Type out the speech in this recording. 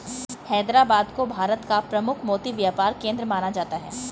हैदराबाद को भारत का प्रमुख मोती व्यापार केंद्र माना जाता है